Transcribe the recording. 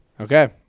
Okay